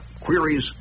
queries